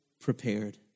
prepared